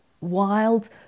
wild